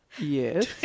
Yes